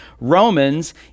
Romans